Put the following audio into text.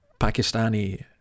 Pakistani